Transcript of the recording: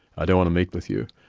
i don't want to meet with you.